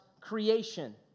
creation